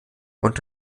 und